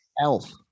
Elf